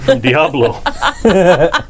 Diablo